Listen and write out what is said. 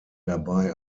dabei